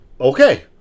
Okay